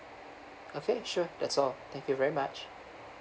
okay sure that's all thank you very much